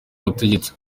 ubutegetsi